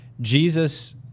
Jesus